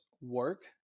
work